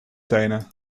tenen